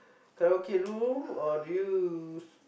karaoke room or do you